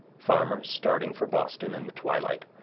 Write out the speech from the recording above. farmers starting for boston in the twilight,